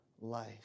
life